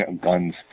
guns